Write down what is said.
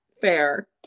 fair